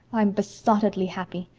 i'm besottedly happy.